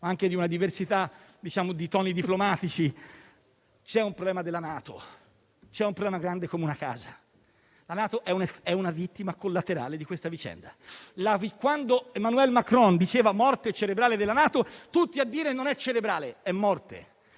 ma anche di diversità di toni diplomatici. C'è il problema della NATO, che è grande come una casa. La NATO è una vittima collaterale di questa vicenda. Quando Emmanuel Macron parlava di morte cerebrale della NATO, tutti a dire che non è cerebrale. È morte.